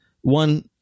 One